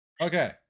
Okay